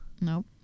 Nope